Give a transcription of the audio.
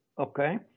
okay